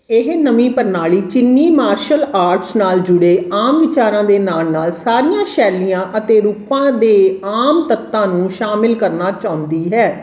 ਇਹ ਨਵੀਂ ਪ੍ਰਣਾਲੀ ਚੀਨੀ ਮਾਰਸ਼ਲ ਆਰਟਸ ਨਾਲ ਜੁੜੇ ਆਮ ਵਿਚਾਰਾਂ ਦੇ ਨਾਲ ਨਾਲ ਸਾਰੀਆਂ ਸ਼ੈਲੀਆਂ ਅਤੇ ਰੂਪਾਂ ਦੇ ਆਮ ਤੱਤਾਂ ਨੂੰ ਸ਼ਾਮਿਲ ਕਰਨਾ ਚਾਹੁੰਦੀ ਹੈ